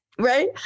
Right